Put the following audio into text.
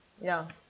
ya